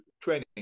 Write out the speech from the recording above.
training